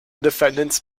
defendants